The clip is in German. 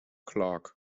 clarke